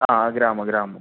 ആ ഗ്രാമം ഗ്രാമം